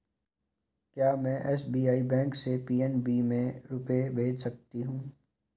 क्या में SBI bank से पी.एन.बी में रुपये भेज सकती हूँ?